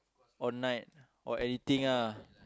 or night or anything ah